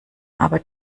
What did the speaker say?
aber